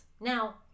Now